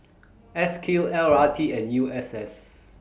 S Q L R T and U S S